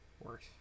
worse